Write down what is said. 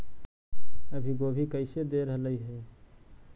अभी गोभी कैसे दे रहलई हे?